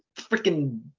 freaking